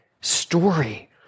story